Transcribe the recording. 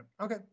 Okay